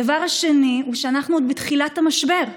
הדבר השני הוא שאנחנו עוד בתחילת המשבר.